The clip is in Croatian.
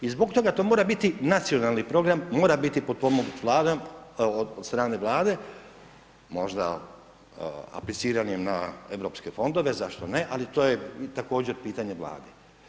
I zbog toga to mora biti nacionalni program, mora biti potpomognut Vladom, od strane Vlade, možda apliciranjem na europske fondove, zašto ne, ali to je i također pitanje Vlade.